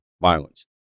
violence